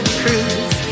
cruise